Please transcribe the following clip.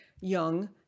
young